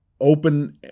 open